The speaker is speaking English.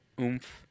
oomph